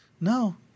No